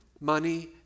money